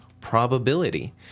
probability